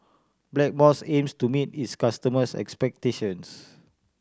Blackmores aims to meet its customers' expectations